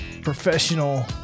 professional